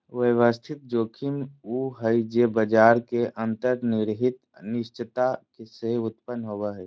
व्यवस्थित जोखिम उ हइ जे बाजार के अंतर्निहित अनिश्चितता से उत्पन्न होवो हइ